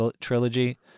trilogy